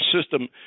system